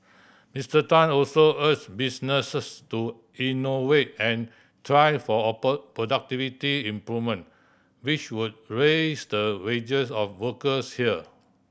Mister Tan also urged businesses to innovate and strive for productivity improvement which would raise the wages of workers here